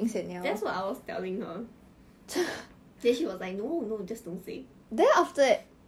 why not you and shana are quite quite similar